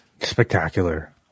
Spectacular